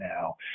now